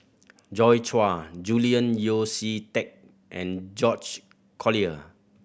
Joi Chua Julian Yeo See Teck and George Collyer